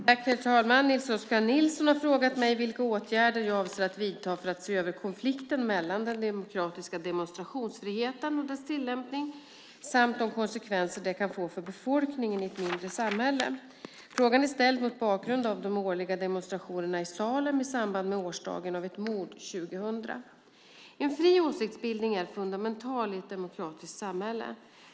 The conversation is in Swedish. Herr talman! Nils Oskar Nilsson har frågat mig vilka åtgärder jag avser att vidta för att se över konflikten mellan den demokratiska demonstrationsfriheten och dess tillämpning samt de konsekvenser det kan få för befolkningen i ett mindre samhälle. Frågan är ställd mot bakgrund av de årliga demonstrationerna i Salem i samband med årsdagen av ett mord år 2000. En fri åsiktsbildning är fundamental i ett demokratiskt samhälle.